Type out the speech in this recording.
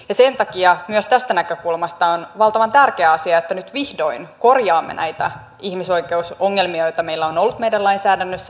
ja sen takia myös tästä näkökulmasta on valtavan tärkeä asia että nyt vihdoin korjaamme näitä ihmisoikeusongelmia joita meillä on ollut meidän lainsäädännössä